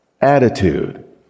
attitude